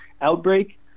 outbreak